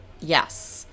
Yes